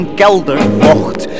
keldervocht